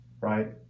right